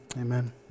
Amen